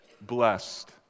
blessed